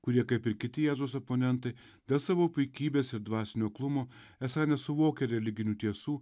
kurie kaip ir kiti jėzaus oponentai dėl savo puikybės ir dvasinio aklumo esą nesuvokia religinių tiesų